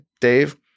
Dave